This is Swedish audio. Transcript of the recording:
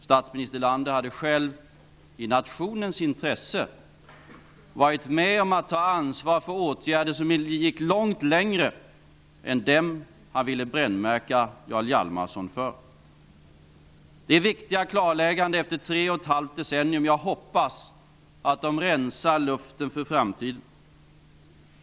Statsminister Erlander hade själv i nationens intresse varit med om att ta ansvar för åtgärder som gick långt längre än dem han ville brännmärka Jarl Hjalmarson för. Det här är viktiga klarlägganden efter tre och ett halvt decennium. Jag hoppas att de rensar luften inför framtiden.